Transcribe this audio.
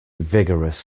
vigorous